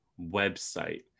website